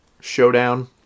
showdown